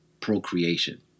procreation